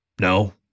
No